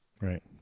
right